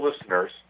listeners